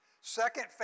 second